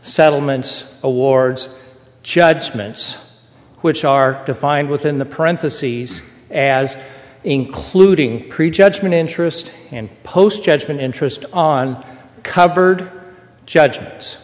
settlements awards judgments which are defined within the parentheses as including prejudgment interest and post judgment interest on covered judgments